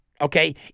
Okay